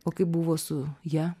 o kaip buvo su ja